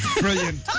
Brilliant